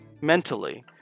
mentally